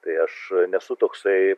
tai aš nesu toksai